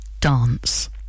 Dance